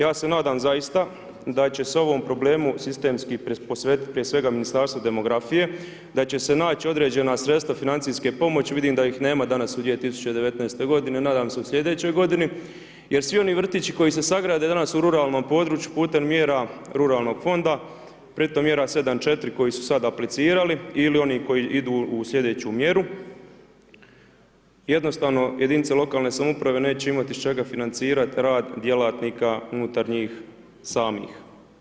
Ja se nadam zaista da će se ovom problemu sistemski posvetiti prije svega Ministarstvo demografije, da će se naći određena sredstva financijske pomoći, vidim da ih nema danas u 2019. godini, nadam se u sljedećoj godini, jer svi oni vrtići koji se sagrade danas u ruralnom području putem mjera ruralnog fonda pri tom mjera 7 4 koji su sad aplicirali, ili onih koji idu u sljedeću mjeru, jednostavno jedinice lokalne samouprave neće imati iz čega financirati rad djelatnika unutar njih samih.